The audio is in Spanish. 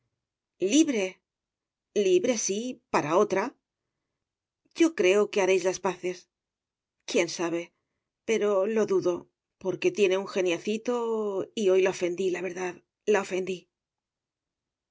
libre libre sí para otra yo creo que haréis las paces quién sabe pero lo dudo porque tiene un geniecito y hoy la ofendí la verdad la ofendí